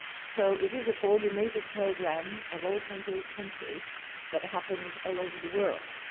so, it is a coordinated program of all twenty eight countries that happens all over the world.